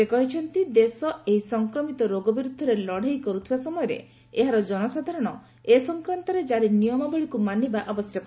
ସେ କହିଛନ୍ତି ଦେଶ ଏହି ସଂକ୍ରମିତ ରୋଗ ବିରୁଦ୍ଧରେ ଲଢେଇ କରୁଥିବା ସମୟରେ ଏହାର ଜନସାଧାରଣ ଏ ସଂକ୍ରାନ୍ତରେ ଜାରି ନିୟମାବଳୀକୁ ମାନିବା ଆବଶ୍ୟକ